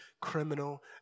criminal